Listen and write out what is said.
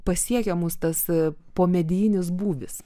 pasiekia mus tas pomedijinis būvis